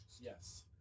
Yes